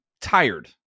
tired